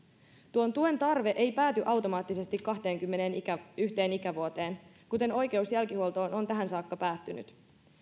tuon tuen tarve ei pääty automaattisesti kahteenkymmeneenyhteen ikävuoteen kuten oikeus jälkihuoltoon on tähän saakka päättynyt